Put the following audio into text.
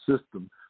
system